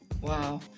Wow